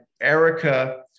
Erica